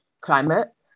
climate